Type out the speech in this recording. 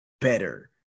better